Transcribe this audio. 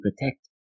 protect